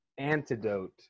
antidote